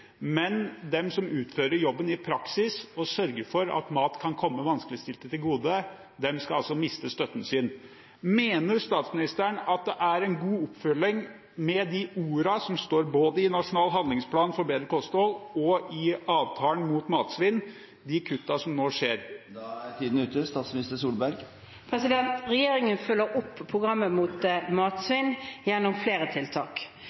men de som utfører jobben i praksis og sørger for at mat kan komme vanskeligstilte til gode, skal miste støtten sin. Mener statsministeren at de kuttene som nå foreslås, er en god oppfølging av de ordene som står både i nasjonal handlingsplan for bedre kosthold og i avtalen mot matsvinn? Regjeringen følger opp avtalen mot matsvinn gjennom flere tiltak. Et av dem er